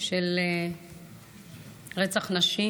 של רצח נשים,